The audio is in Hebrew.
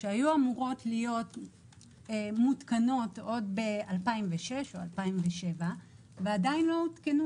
היו אמורות להיות מותקנות עוד ב-2006 או 2007 ועדיין לא הותקנו.